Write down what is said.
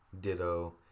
Ditto